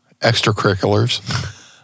extracurriculars